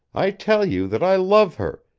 i tell you that i love her,